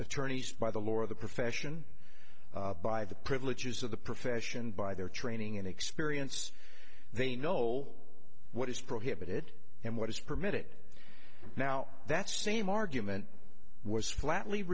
attorneys by the lore of the profession by the privileges of the profession by their training and experience they know what is prohibited and what is permitted now that same argument was flat